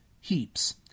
heaps